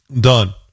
done